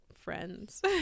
friends